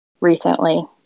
recently